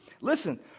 Listen